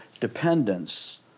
dependence